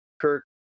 Kirk